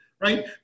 Right